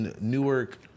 Newark